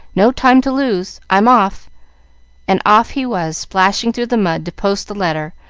no time to lose i'm off and off he was, splashing through the mud to post the letter,